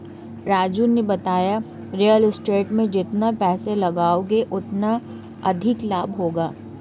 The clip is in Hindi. राजू ने बताया रियल स्टेट में जितना पैसे लगाओगे उतना अधिक लाभ होगा